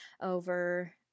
over